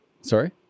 Sorry